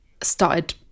started